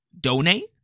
donate